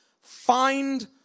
find